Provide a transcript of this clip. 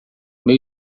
meu